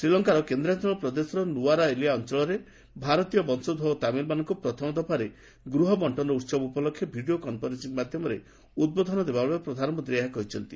ଶ୍ରୀଲଙ୍କାର କେନ୍ଦ୍ରାଞ୍ଚଳ ପ୍ରଦେଶର ନୂୱାରା ଏଲିଆ ଅଞ୍ଚଳରେ ଭାରତୀୟ ବଂଶୋଭବ ତାମିଲ୍ମାନଙ୍କୁ ପ୍ରଥମ ଦଫାରେ ଗୃହ ବଣ୍ଟନ ଉହବ ଉପଲକ୍ଷେ ଭିଡିଓ କନ୍ଫରେନ୍ସିଂ ମାଧ୍ୟମରେ ଉଦ୍ବୋଧନ ଦେବାବେଳେ ପ୍ରଧାନମନ୍ତ୍ରୀ ଏହା କହିଛନ୍ତି